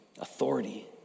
authority